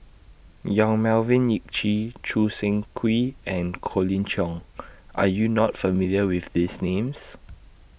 Yong Melvin Yik Chye Choo Seng Quee and Colin Cheong Are YOU not familiar with These Names